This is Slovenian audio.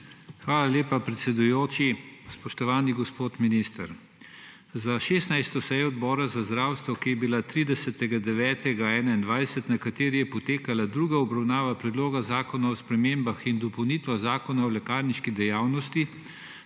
Hvala lepa, predsedujoči. Spoštovani gospod minister! Za 16. sejo Odbora za zdravstvo, ki je bila 30. 9. 2021, na kateri je potekala druga obravnava Predloga zakona o spremembah in dopolnitvah Zakona o lekarniški dejavnosti,